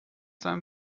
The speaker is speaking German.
seinem